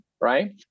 Right